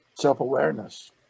self-awareness